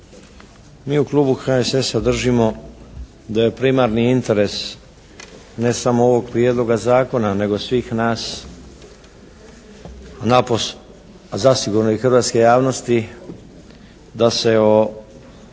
Mi u klubu HSS-a držimo da je primarni interes ne samo ovog Prijedloga zakona nego svih nas, a zasigurno i hrvatske javnosti da se o